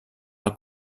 del